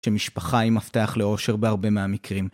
שמשפחה היא מפתח לאושר בהרבה מהמקרים.